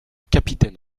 capitaine